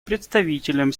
представителям